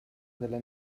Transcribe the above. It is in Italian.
delle